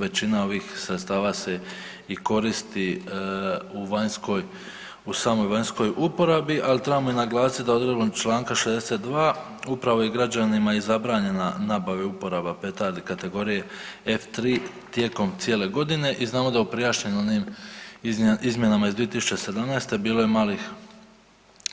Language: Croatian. Većina ovih sredstava se i koristi u vanjskoj, u samoj vanjskoj uporabi, al trebamo i naglasit da odredbom čl. 62. upravo i građanima je zabranjena nabava i uporaba petardi kategorije F-3 tijekom cijele godine i znamo da u prijašnjim onim izmjenama iz 2017. bilo je malih